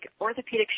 orthopedic